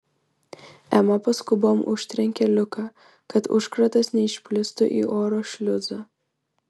ema paskubom užtrenkė liuką kad užkratas neišplistų į oro šliuzą